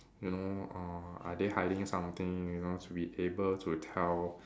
you know uh are they hiding something should be able to tell